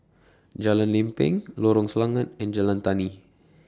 Jalan Lempeng Lorong Selangat and Jalan Tani